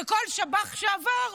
וכל שב"ח שעבר,